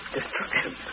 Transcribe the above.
Destruction